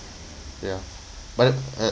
ya but it uh